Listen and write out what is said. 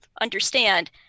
understand